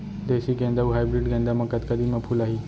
देसी गेंदा अऊ हाइब्रिड गेंदा म कतका दिन म फूल आही?